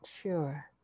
sure